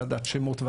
ועדת שמות,